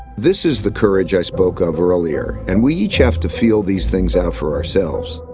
this is the courage i spoke of earlier, and we each have to feel these things out for ourselves.